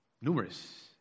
numerous